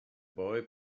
boy